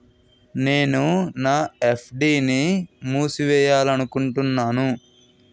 నేను నా ఎఫ్.డి ని మూసివేయాలనుకుంటున్నాను